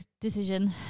decision